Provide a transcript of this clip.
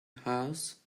house